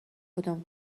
کدام